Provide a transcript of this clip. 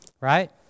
right